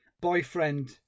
boyfriend